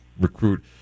recruit